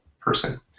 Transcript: person